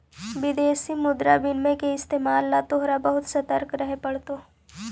विदेशी मुद्रा विनिमय के इस्तेमाल ला तोहरा बहुत ससतर्क रहे पड़तो